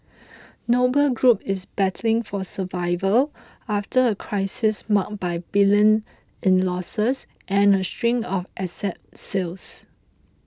Noble Group is battling for survival after a crisis marked by billions in losses and a string of asset sales